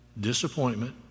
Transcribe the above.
Disappointment